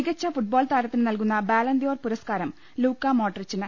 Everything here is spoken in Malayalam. മികച്ച ഫുട്ബോൾ താരത്തിന് നൽകുന്ന ബാലൺദ്യോർ പുര സ്കാരം ലൂക്കാ മോഡ്രിച്ചിന്